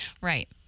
Right